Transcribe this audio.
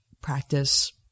practice